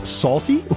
salty